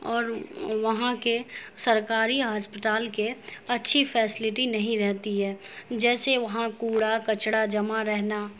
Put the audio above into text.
اور وہاں کے سرکاری ہسپٹال کے اچھی فیسلٹی نہیں رہتی ہے جیسے وہاں کوڑا کچرا جمع رہنا